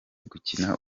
gukina